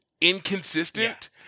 inconsistent